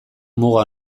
muga